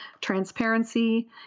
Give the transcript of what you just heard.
transparency